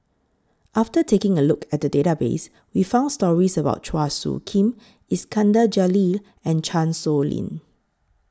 after taking A Look At The Database We found stories about Chua Soo Khim Iskandar Jalil and Chan Sow Lin